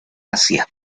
asia